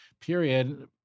period